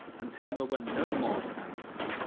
until there were no more standards.